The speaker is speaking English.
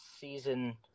season